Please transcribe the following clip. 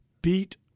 beat